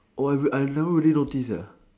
I've I love little things